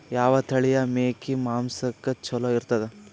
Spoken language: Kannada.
ಯಾವ ತಳಿಯ ಮೇಕಿ ಮಾಂಸಕ್ಕ ಚಲೋ ಇರ್ತದ?